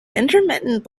intermittent